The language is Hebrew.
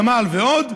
גמל ועוד,